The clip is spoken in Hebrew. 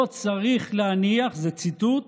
"לא צריך להניח", זה ציטוט,